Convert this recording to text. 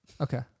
Okay